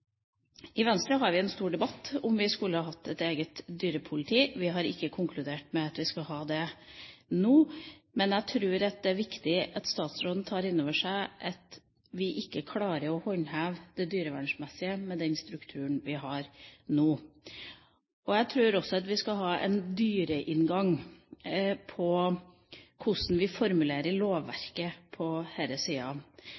I Venstre har vi en stor debatt om vi skulle ha hatt et eget dyrepoliti. Vi har ikke konkludert med at vi skal ha det nå, men jeg tror det er viktig at statsråden tar inn over seg at vi ikke klarer å håndheve det dyrevernsmessige med den strukturen vi har nå. Jeg tror også at vi skal ha en dyreinngang når det gjelder hvordan vi formulerer